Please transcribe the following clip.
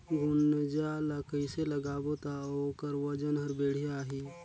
गुनजा ला कइसे लगाबो ता ओकर वजन हर बेडिया आही?